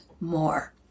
more